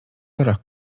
torach